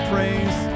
praise